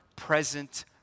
Present